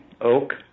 oak